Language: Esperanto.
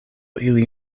ili